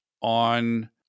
on